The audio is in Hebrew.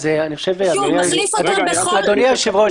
דבר ראשון,